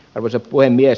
arvoisa puhemies